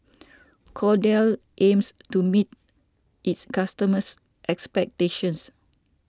Kordel's aims to meet its customers' expectations